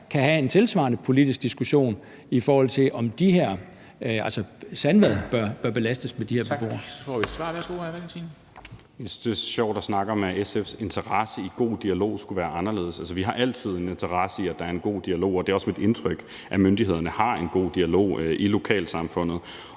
får vi et svar. Værsgo, hr. Carl Valentin. Kl. 13:57 Carl Valentin (SF): Jeg synes, det er sjovt at snakke om, at SF's interesse i god dialog skulle være anderledes. Altså, vi har altid en interesse i, at der er en god dialog, og det er også mit indtryk, at myndighederne har en god dialog i lokalsamfundet.